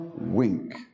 wink